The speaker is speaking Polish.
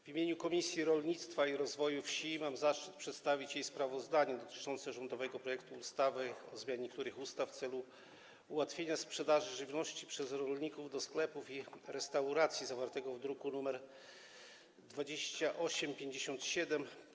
W imieniu Komisji Rolnictwa i Rozwoju Wsi mam zaszczyt przedstawić sprawozdanie dotyczące rządowego projektu ustawy o zmianie niektórych ustaw w celu ułatwienia sprzedaży żywności przez rolników do sklepów i restauracji, zawartego w druku nr 2857.